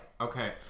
Okay